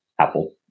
Apple